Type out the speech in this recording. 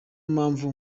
mpamvu